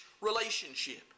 relationship